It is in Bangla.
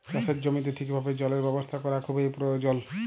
চাষের জমিতে ঠিকভাবে জলের ব্যবস্থা ক্যরা খুবই পরয়োজল